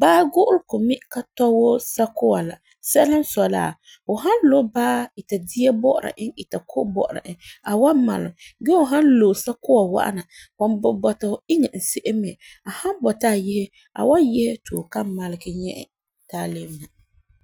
Baa gu'ulegɔ me ka tɔi wuu sakua la sɛla n sɔi la ,fu san lu baa ita dia bɔ'ɔra e ita ko'om bɔ'ɔra e a wan malum gee fu san lo'e sakua wa'am na san pugum bɔta iŋɛ e la se'em me ,a san bɔta a yese, a wan yese ti fu kan malegum nyɛ ti a lebe na.